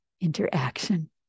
interaction